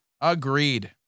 Agreed